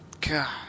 God